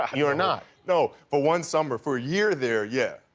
ah you're not. no. but one summer for a year there, yeah.